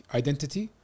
identity